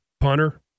Punter